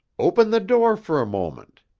open the door for a moment.